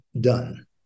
done